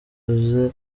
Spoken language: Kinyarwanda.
uza